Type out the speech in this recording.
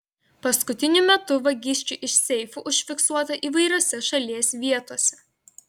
paskutiniu metu vagysčių iš seifų užfiksuota įvairiose šalies vietose